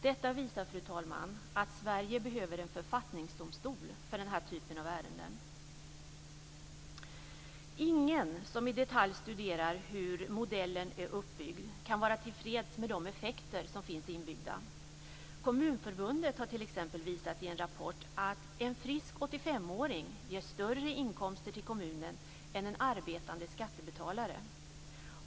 Detta visar, fru talman, att Sverige behöver en författningsdomstol för denna typ av ärenden. Ingen som i detalj studerat hur modellen är uppbyggd kan vara tillfreds med de effekter som finns inbyggda. Kommunförbundet har t.ex. visat i en rapport att en frisk 85-åring ger större inkomster till kommunen än en arbetande skattebetalare.